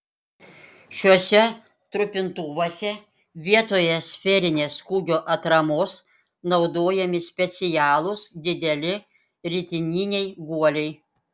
šiuose trupintuvuose vietoje sferinės kūgio atramos naudojami specialūs dideli ritininiai guoliai